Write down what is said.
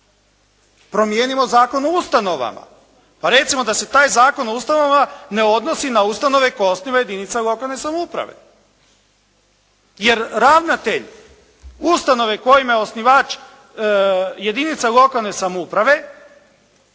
Promijenimo Zakon o ustanovama pa recimo da se taj Zakon o ustanovama ne odnosi na ustanove koje osniva jedinica lokalne samouprave, jer ravnatelj ustanove kojoj je osnivač jedinica lokalne samouprave